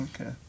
Okay